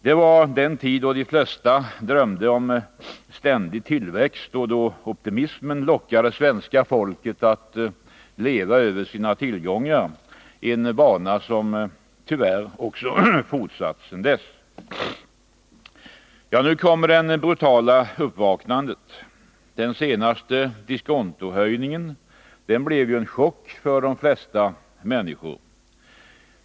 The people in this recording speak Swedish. Det var den tid då de flesta drömde om ständig tillväxt och då optimismen lockade svenska folket att leva över sina tillgångar, en vana som tyvärr också fortsatt sedan dess. : Nu kommer det brutala uppvaknandet. Den senaste diskontohöjningen blev en chock för de flesta människor.